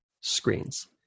screens